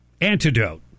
antidote